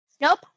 Nope